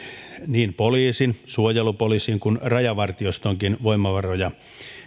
niin poliisin suojelupoliisin kuin rajavartiostonkin voimavaroja